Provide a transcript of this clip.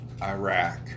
Iraq